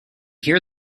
hear